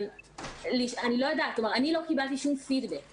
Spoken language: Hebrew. אני לא קיבלתי שום פידבק.